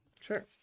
Sure